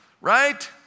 Right